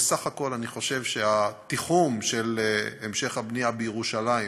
ובסך הכול אני חושב שהתיחום של המשך הבנייה בירושלים